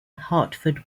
hartford